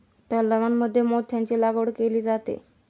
तलावांमध्ये मोत्यांची लागवड केली जाते